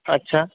আচ্ছা